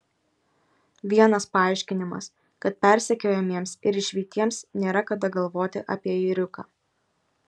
vienas paaiškinimas kad persekiojamiems ir išvytiems nėra kada galvoti apie ėriuką